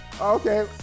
Okay